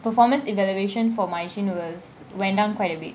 performance evaluation for marichin was went down quite a bit